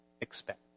expect